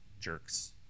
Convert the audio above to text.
jerks